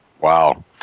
Wow